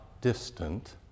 distant